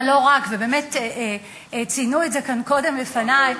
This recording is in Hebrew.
אבל לא רק, ובאמת ציינו את זה כאן קודם לפני.